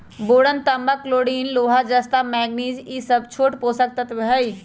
boron तांबा chlorine लोहा जस्ता मैग्निज ई स छोट पोषक तत्त्व हई